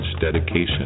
Dedication